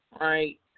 right